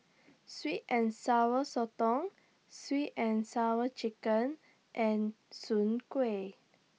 Sweet and Sour Sotong Sweet and Sour Chicken and Soon Kuih